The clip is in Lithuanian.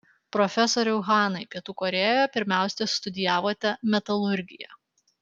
profesoriau hanai pietų korėjoje pirmiausia studijavote metalurgiją